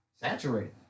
saturated